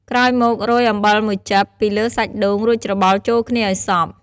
ក្រោយមក រោយ អំបិលមួយចិប ពីលើសាច់ដូង រួចច្របល់ចូលគ្នាឱ្យសព្វ។